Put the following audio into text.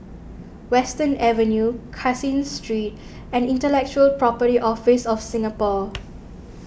Western Avenue Caseen Street and Intellectual Property Office of Singapore